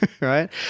Right